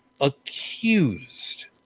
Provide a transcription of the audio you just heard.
accused